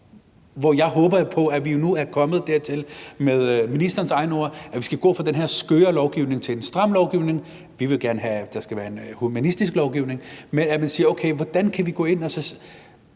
Jeg håber jo på, at vi nu er kommet dertil, når vi med ministerens egne ord skal gå fra den her skøre lovgivning til en stram lovgivning – vi vil gerne have, at det skal være en humanistisk lovgivning – at man ser på, hvordan man kan gå ind og